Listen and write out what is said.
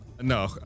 No